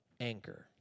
anchor